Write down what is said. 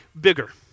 bigger